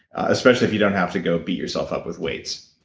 especially if you don't have to go beat yourself up with weights.